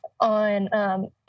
on